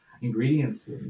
ingredients